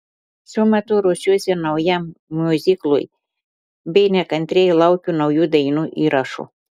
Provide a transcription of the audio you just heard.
šiuo metu ruošiuosi naujam miuziklui bei nekantriai laukiu naujų dainų įrašų